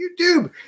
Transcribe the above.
YouTube